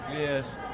Yes